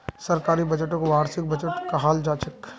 सरकारी बजटक वार्षिक बजटो कहाल जाछेक